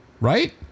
right